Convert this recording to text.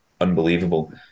unbelievable